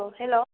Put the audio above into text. hello